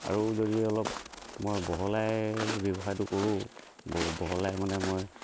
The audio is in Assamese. আৰু যদি অলপ মই বহলাই ব্যৱসায়টো কৰোঁ বহলাই মানে মই এই